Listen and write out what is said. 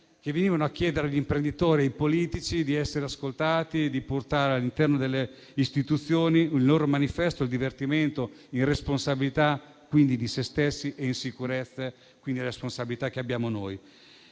che venivano a chiedere agli imprenditori e ai politici di essere ascoltati e di portare all'interno delle istituzioni un loro manifesto per il divertimento in responsabilità e in sicurezza. Questa è la responsabilità che abbiamo noi.